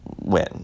win